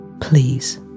Please